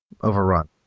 overrun